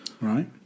Right